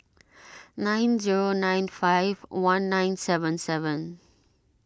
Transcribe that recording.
nine zero nine five one nine seven seven